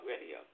Radio